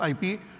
IP